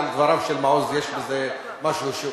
מזכירות הממשלה, ברור.